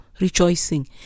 rejoicing